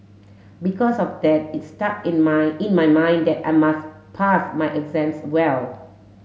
because of that it stuck in my in my mind that I must pass my exams well